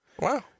Wow